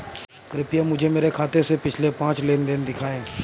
कृपया मुझे मेरे खाते से पिछले पांच लेन देन दिखाएं